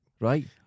Right